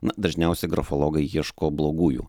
na dažniausiai grafologai ieško blogųjų